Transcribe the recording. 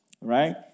right